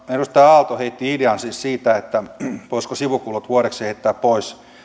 edustaja aalto heitti idean siis siitä että voisiko sivukulut vuodeksi heittää pois